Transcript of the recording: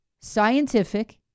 scientific